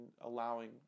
allowing